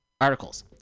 articles